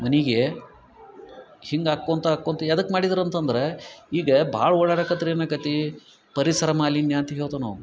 ನನಗೆ ಹಿಂಗೆ ಆಕ್ಕೊತ ಆಕ್ಕೊತ ಎದಕ್ಕೆ ಮಾಡಿದ್ರು ಅಂತಂದರೆ ಈಗ ಭಾಳ ಓಡಾಡಕತ್ರೆ ಏನಾಕತಿ ಪರಿಸರ ಮಾಲಿನ್ಯ ಅಂತ ಹೇಳ್ತೇವೆ ನಾವು